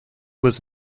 was